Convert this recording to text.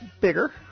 bigger